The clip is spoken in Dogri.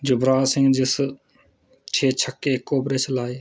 युवराज सिंह जिस छेऽ छक्के इक ओवर च लाए